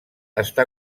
està